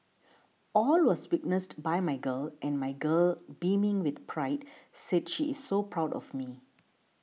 all was witnessed by my girl and my girl beaming with pride said she is so proud of me